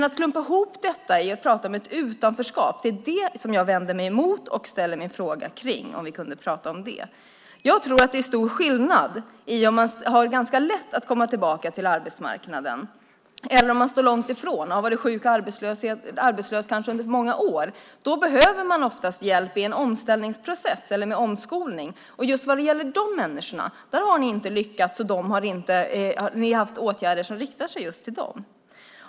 Att klumpa ihop detta och prata om ett utanförskap vänder jag mig emot och ställer min fråga om. Vi kanske kan prata om det. Jag tror att det är stor skillnad om man har ganska lätt att komma tillbaka till arbetsmarknaden eller om man står långt ifrån och har varit sjuk och arbetslös under många år. Då behöver man ofta hjälp i en omställningsprocess eller med omskolning. När det gäller de människorna har ni inte lyckats, och ni har inte haft några åtgärder som riktar sig till just dem.